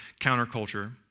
Counterculture